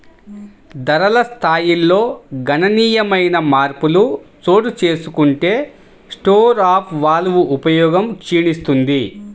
ధరల స్థాయిల్లో గణనీయమైన మార్పులు చోటుచేసుకుంటే స్టోర్ ఆఫ్ వాల్వ్ ఉపయోగం క్షీణిస్తుంది